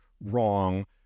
wrong